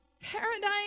Paradise